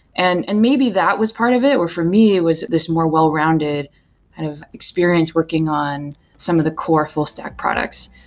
and and maybe that was part of it or for me, it was this more wel l-rounded kind of experience working on some of the core full-stack products.